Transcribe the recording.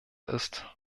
ist